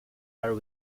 are